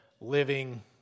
living